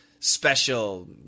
special